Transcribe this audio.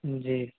جی